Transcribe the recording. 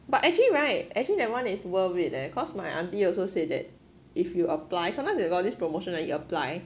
but actually right actually that one is worth it leh cause my auntie also said that if you apply sometimes they got all this promotion when you apply